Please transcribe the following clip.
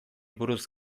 buruz